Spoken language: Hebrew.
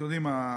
אתם יודעים,